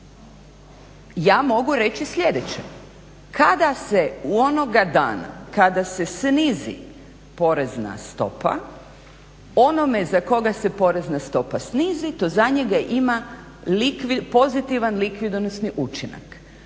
ja mogu reći sljedeće, kada se u onoga dana kada se snizi porezna stopa onome za koga se porezna stopa snizi to za njega ima pozitivan likvidonosni učinak.